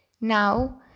Now